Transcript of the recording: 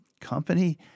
company